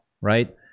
right